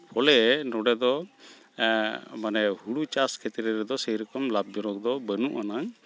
ᱵᱚᱞᱮ ᱱᱚᱰᱮ ᱫᱚ ᱢᱟᱱᱮ ᱦᱳᱲᱳ ᱪᱟᱥ ᱠᱷᱮᱛᱨᱮ ᱨᱮᱫᱚ ᱥᱮᱨᱚᱠᱚᱢ ᱞᱟᱵᱽ ᱡᱚᱱᱚᱠ ᱫᱚ ᱵᱟᱹᱱᱩᱜᱼᱟᱱᱟᱝ